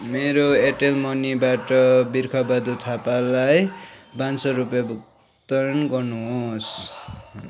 मेरो एयरटेल मनीबाट बिर्ख बहादुर थापालाई पाँच सौ रुपियाँ भुक्तान गर्नुहोस्